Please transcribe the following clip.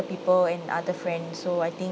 people and other friends so I think